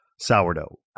Sourdough